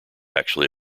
actually